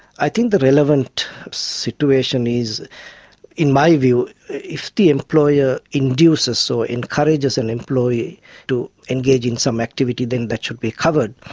i think the relevant situation is in my view if the employer induces or encourages an employee to engage in some activity than that should be covered.